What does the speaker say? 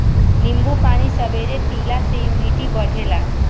नींबू पानी सबेरे पियला से इमुनिटी बढ़ेला